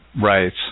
Right